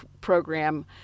program